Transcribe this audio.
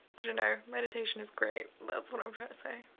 i dunno, meditation is great. that's what i'm trying to say.